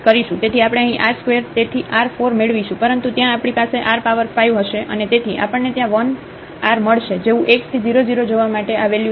તેથી આપણે અહીં r ² તેથી r 4 મેળવીશું પરંતુ ત્યાં આપણી પાસે r પાવર 5 હશે અને તેથી આપણને ત્યાં 1 r મળશે જેવું x થી 0 0 જવા માટે આ વેલ્યુ 0 હશે